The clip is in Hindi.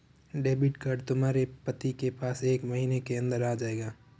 डेबिट कार्ड तुम्हारे पति के पास एक महीने के अंदर आ जाएगा